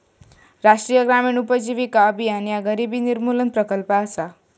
राष्ट्रीय ग्रामीण उपजीविका अभियान ह्या गरिबी निर्मूलन प्रकल्प असा